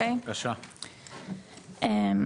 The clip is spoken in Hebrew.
היי,